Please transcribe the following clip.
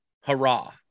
hurrah